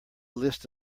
list